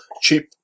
cheap